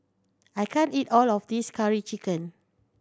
I can't eat all of this Curry Chicken